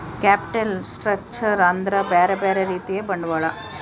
capital structure ಅಂದ್ರ ಬ್ಯೆರೆ ಬ್ಯೆರೆ ರೀತಿಯ ಬಂಡವಾಳ